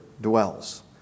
dwells